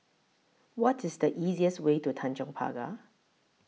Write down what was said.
What IS The easiest Way to Tanjong Pagar